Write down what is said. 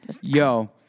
yo